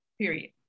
Period